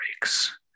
breaks